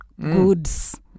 goods